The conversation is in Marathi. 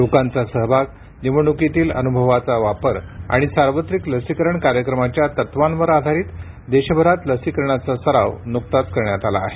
लोकांचा सहभाग निवडणुकीतील अनुभवाचा वापर आणि सार्वत्रिक लसीकरण कार्यक्रमाच्या तत्वांवर आधारित देशभरात लसीकरणाचा सराव नुकताच करण्यात आला आहे